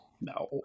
No